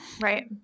Right